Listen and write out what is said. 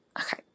okay